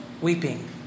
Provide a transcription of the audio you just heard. weeping